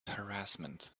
harassment